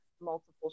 multiple